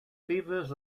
fevers